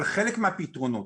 אבל חלק מהפתרונות